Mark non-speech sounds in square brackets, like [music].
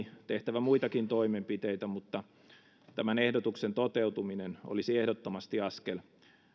[unintelligible] tehtävä muitakin toimenpiteitä mutta tämän ehdotuksen toteutuminen olisi ehdottomasti askel